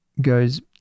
goes